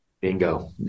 bingo